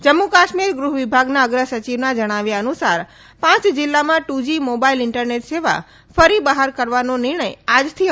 જમ્મુ કાશ્મીરા ગૃહ વિભાગના અગ્ર સચિવના જણાવ્યા અનુસાર પાંચ જિલ્લામાં ટુજી મોબાઇલ ઇન્ટરનેટ સેવા ફરી બહાર કરવાનો નિર્ણય આજથી અમલમાં આવી ગયો છે